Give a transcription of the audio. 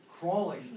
crawling